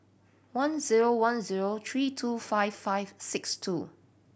one zero one zero three two five five six two